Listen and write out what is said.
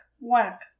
whack